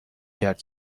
کرد